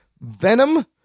Venom